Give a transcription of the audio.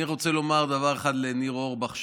אני רוצה לומר דבר אחד לניר אורבך,